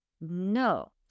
no